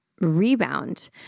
rebound